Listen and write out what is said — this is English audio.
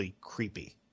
creepy